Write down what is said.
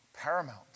paramount